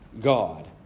God